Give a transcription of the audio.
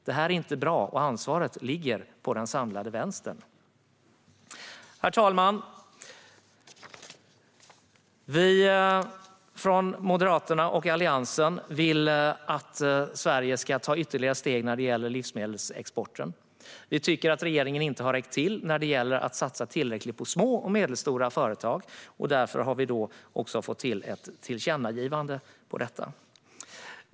Detta är inte bra, och ansvaret ligger hos den samlade vänstern. Herr talman! Moderaterna och Alliansen vill att Sverige tar ytterligare steg vad gäller livsmedelsexporten. Vi tycker inte att regeringen har satsat tillräckligt på små och medelstora företag. Därför har vi skrivit ett tillkännagivande om det.